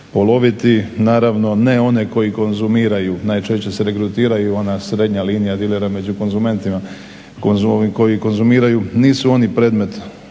poloviti, naravno ne one koji konzumiraju najčešće se regrutiraju ona srednja linija dilera među konzumentima koji konzumiraju, nisu oni predmet